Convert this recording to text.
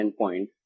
endpoint